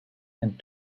and